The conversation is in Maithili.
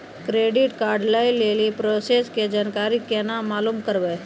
क्रेडिट कार्ड लय लेली प्रोसेस के जानकारी केना मालूम करबै?